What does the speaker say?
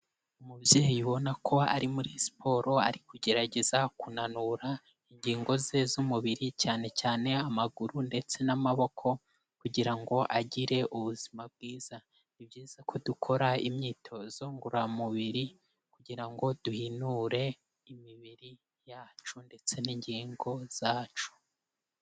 Umubyeyi ubona ko ari muri siporo, ari kugerageza kunanura ingingo ze z'umubiri cyane cyane amaguru ndetse n'amaboko kugira ngo agire ubuzima bwiza. Ni byiza ko dukora imyitozo ngororamubiri kugira ngo duhinure imibiri yacu ndetse n'ingingo zacu.